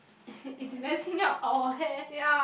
it's messing up our hair